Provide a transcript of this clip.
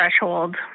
threshold